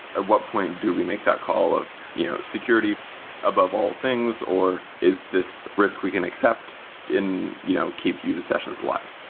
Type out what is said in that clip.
at what point do we make that call of you know security above all things, or is this risk we can accept and you know keep user sessions alive?